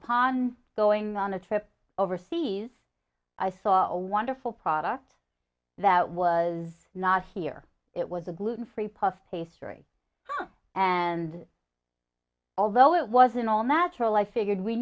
upon going on a trip overseas i saw a wonderful product that was not here it was a gluten free pasta pastry and although it wasn't all natural i figured we